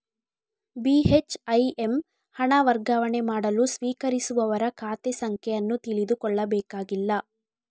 ಬಿ.ಹೆಚ್.ಐ.ಎಮ್ ಹಣ ವರ್ಗಾವಣೆ ಮಾಡಲು ಸ್ವೀಕರಿಸುವವರ ಖಾತೆ ಸಂಖ್ಯೆ ಅನ್ನು ತಿಳಿದುಕೊಳ್ಳಬೇಕಾಗಿಲ್ಲ